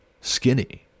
skinny